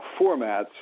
formats